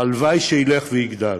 הלוואי שילך ויגדל,